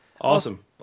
Awesome